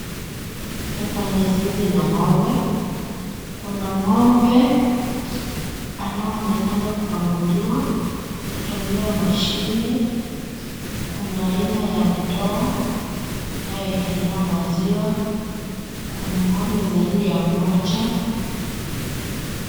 NI kwenye zizi la ng'ombe. Kuna ng'ombe anaonekana kukamuliwa kutumia mashine kuna aina ya doo inayoekelewa maziwa. Kuna ng'ombe zaidi ya mmoja.